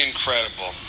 Incredible